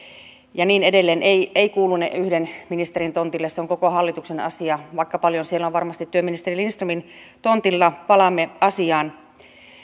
ja niin edelleen ei ei kuulune yhden ministerin tontille se on koko hallituksen asia vaikka paljon siellä on varmasti työministeri lindströmin tontilla palaamme asiaan